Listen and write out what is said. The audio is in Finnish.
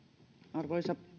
arvoisa